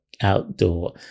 outdoor